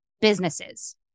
businesses